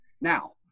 Now